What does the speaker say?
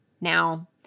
Now